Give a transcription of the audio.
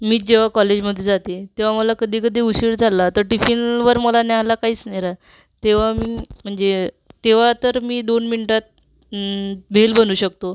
मी जेव्हा कॉलेजमध्ये जाते तेव्हा मला कधी कधी उशीर झाला तर टिफिनवर मला न्यायला काहीच नाय राहत तेव्हा म्हणजे तेव्हा तर मी दोन मिनिटात भेल बनवू शकतो